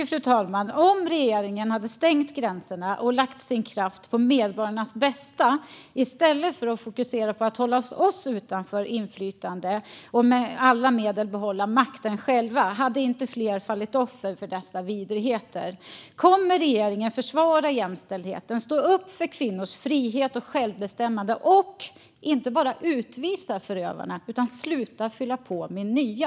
Fru talman! Om regeringen hade stängt gränserna och lagt sin kraft på medborgarnas bästa i stället för att fokusera på att hålla oss utanför inflytande och att med alla medel behålla makten själv hade inte fler fallit offer för dessa vidrigheter. Kommer regeringen att försvara jämställdheten och stå upp för kvinnors frihet och självbestämmande? Kommer ni att inte bara utvisa förövarna utan också att sluta fylla på med nya?